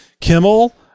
Kimmel